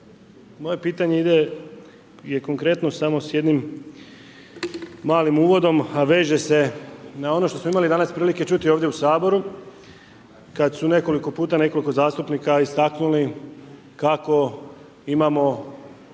moje pitanje ide, je konkretno samo s jednim malim uvodom a veže se n ono što smo imali dana prilike čuti ovdje u Saboru kad su nekoliko puta nekoliko zastupnika istaknuli kako imamo